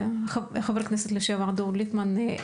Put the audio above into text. חבר הכנסת לשעבר דב ליפמן,